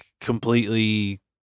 completely